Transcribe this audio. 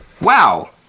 Wow